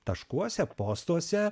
taškuose postuose